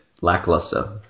lackluster